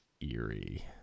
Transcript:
eerie